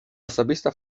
osobista